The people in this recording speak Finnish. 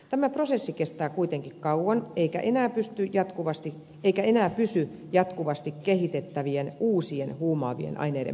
tämä prosessi kestää kuitenkin kauan eikä enää pysy jatkuvasti kehitettävien uusien huumaavien aineiden perässä